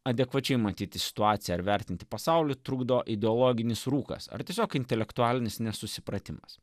adekvačiai matyti situaciją ar vertinti pasaulį trukdo ideologinis rūkas ar tiesiog intelektualinis nesusipratimas